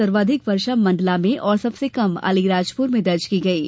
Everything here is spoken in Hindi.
सर्वाधिक वर्षा मंडला में और सबसे कम अलीराजपुर में दर्ज की गई है